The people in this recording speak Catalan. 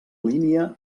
línia